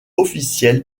officiel